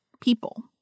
people